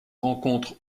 rencontre